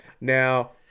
Now